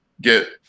get